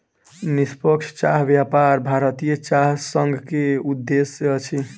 निष्पक्ष चाह व्यापार भारतीय चाय संघ के उद्देश्य अछि